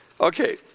Okay